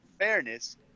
fairness